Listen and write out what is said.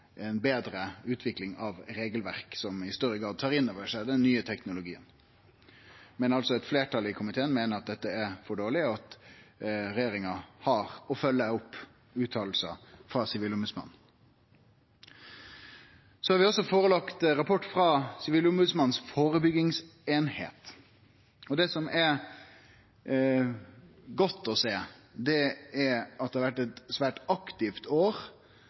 betre utvikling av regelverket, som i større grad tar inn over seg den nye teknologien. Men eit fleirtal i komiteen meiner altså at dette er for dårleg, og at regjeringa har å følgje opp utsegner frå Sivilombodsmannen. Så ligg det også føre ein rapport frå eininga for førebygging hos Sivilombodsmannen. Det som er godt å sjå, er at det har vore eit svært aktivt år.